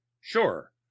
sure